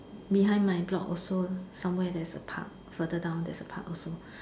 behind my block also somewhere there's a park further down there's a park also